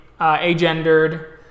agendered